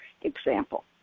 example